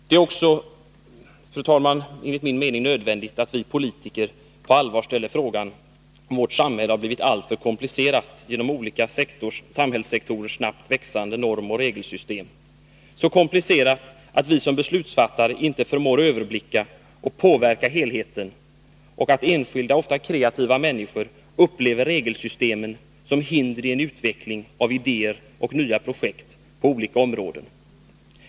Det är enligt min mening också nödvändigt att vi politiker på allvar ställer frågan, om vårt samhälle har blivit alltför komplicerat genom olika samhällssektorers snabbt växande normoch regelsystem — så komplicerat, att vi som beslutsfattare inte förmår överblicka och påverka helheten och att enskilda, ofta kreativa, människor upplever regelsystemen som hinder i en utveckling av idéer och nya projekt på olika områden.